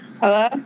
Hello